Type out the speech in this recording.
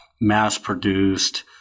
mass-produced